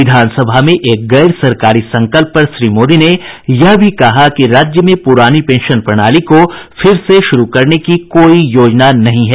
विधानसभा में एक गैर सरकारी संकल्प पर श्री मोदी ने यह भी कहा कि राज्य में पुरानी पेंशन प्रणाली को फिर से शुरू करने की कोई योजना नहीं है